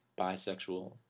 bisexual